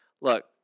look